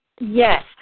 Yes